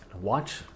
Watch